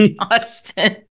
austin